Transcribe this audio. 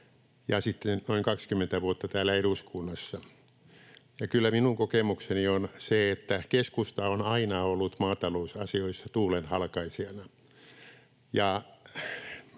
ja sitten noin 20 vuotta täällä eduskunnassa — ja kyllä minun kokemukseni on se, että keskusta on aina ollut maatalousasioissa tuulenhalkaisijana.